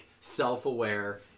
self-aware